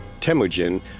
Temujin